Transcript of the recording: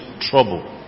trouble